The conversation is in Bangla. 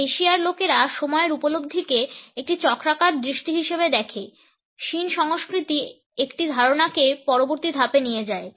এশিয়ায় লোকেরা সময়ের উপলব্ধিকে একটি চক্রাকার দৃষ্টি হিসাবে দেখে শিন সংস্কৃতি একটি ধারণাকে পরবর্তী ধাপে নিয়ে যায়